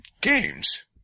games